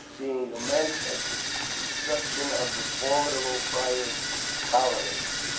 being immense at the destruction of the formidable pirate colonies,